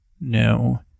No